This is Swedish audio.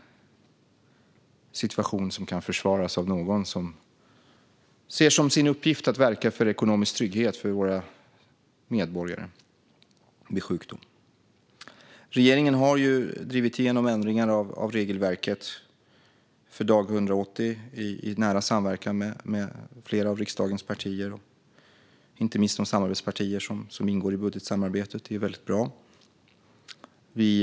Denna situation kan inte försvaras av någon som ser som sin uppgift att verka för ekonomisk trygghet vid sjukdom för våra medborgare. Regeringen har i nära samverkan med flera av riksdagens partier och inte minst de samarbetspartier som ingår i budgetsamarbetet drivit igenom ändringar av regelverket för dag 180. Det är väldigt bra.